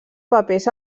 papers